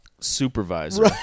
supervisor